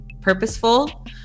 purposeful